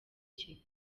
cye